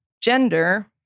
gender